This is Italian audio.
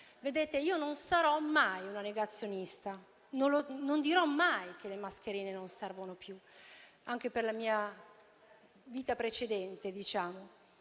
ritorno? Io non sarò mai una negazionista; non dirò mai che le mascherine non servono più, anche per la mia vita precedente. Anzi,